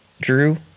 Drew